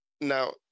Now